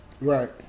Right